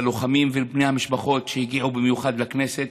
ללוחמים ולבני המשפחות שהגיעו במיוחד לכנסת,